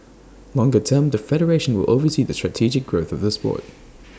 longer term the federation will oversee the strategic growth of the Sport